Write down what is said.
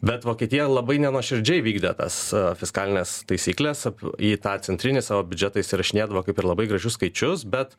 bet vokietija labai nenuoširdžiai vykdė tas fiskalines taisykles į tą centrinį savo biudžetą įsirašinėdavo kaip ir labai gražus skaičius bet